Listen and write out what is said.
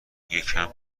یکم